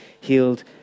healed